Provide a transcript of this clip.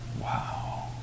Wow